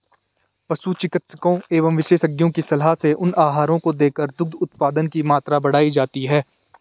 पशु चिकित्सकों एवं विशेषज्ञों की सलाह से उन आहारों को देकर दुग्ध उत्पादन की मात्रा बढ़ाई जाती है